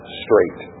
straight